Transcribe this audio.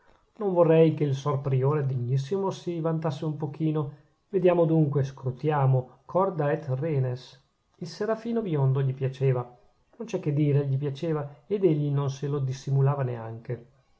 non vorrei che il sor priore degnissimo si vantasse un pochino vediamo dunque scrutiamo corda et renes il serafino biondo gli piaceva non c'è che dire gli piaceva ed egli non se lo dissimulava neanche